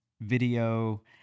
video